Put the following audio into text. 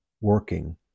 working